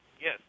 Yes